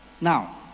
Now